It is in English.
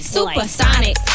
Supersonic